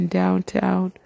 downtown